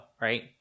right